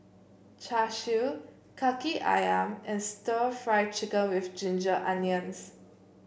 Char Siu Kaki ayam and stir Fry Chicken with Ginger Onions